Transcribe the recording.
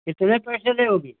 कितने पैसे लोगी